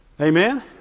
Amen